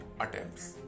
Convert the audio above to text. attempts